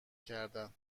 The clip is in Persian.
کردن